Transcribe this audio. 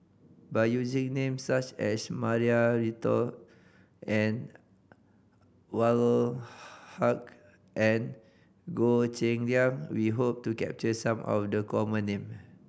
by using names such as Maria Hertogh Anwarul Haque and Goh Cheng Liang we hope to capture some of the common name